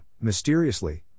mysteriously